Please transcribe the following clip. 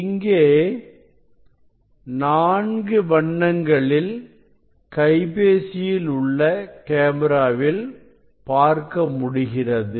இங்கே நான்கு வண்ணங்களில் கைபேசியில் உள்ள கேமராவில் பார்க்க முடிகிறது